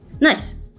Nice